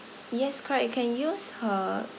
yes correct can use her